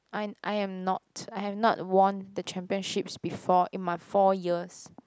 I am I am not I have not won the championships before in my four years